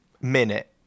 minute